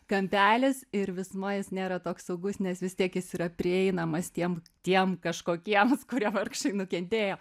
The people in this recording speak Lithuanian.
kampelis ir visumoj jis nėra toks saugus nes vis tiek jis yra prieinamas tiem tiem kažkokiems kurie vargšai nukentėjo